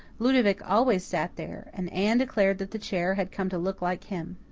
ludovic always sat there, and anne declared that the chair had come to look like him.